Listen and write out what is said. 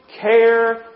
care